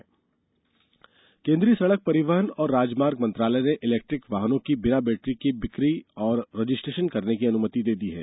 electric वाहन केन्द्रीय सड़क परिवहन और राजमार्ग मंत्रालय ने इलेक्ट्रिक वाहनों की बिना बैटरी के बिक्री और रजिस्ट्रेशन करने की अनुमति दे दी है